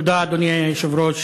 תודה, אדוני היושב-ראש.